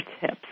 tips